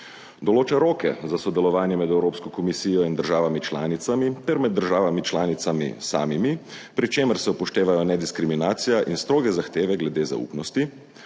Določa roke za sodelovanje med Evropsko komisijo in državami članicami ter med državami članicami samimi, pri čemerse upoštevajo nediskriminacija in stroge zahteve glede zaupnosti,